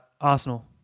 Arsenal